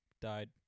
died